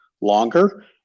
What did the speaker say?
longer